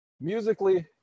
Musically